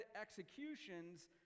executions